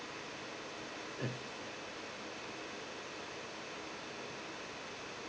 mm